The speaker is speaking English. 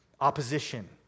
opposition